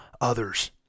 others